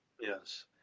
Yes